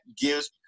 gives